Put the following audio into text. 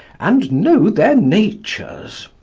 and know their natures.